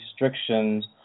restrictions